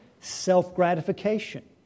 Self-gratification